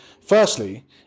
Firstly